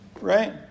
Right